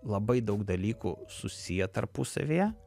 labai daug dalykų susiję tarpusavyje